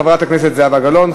חברת הכנסת זהבה גלאון,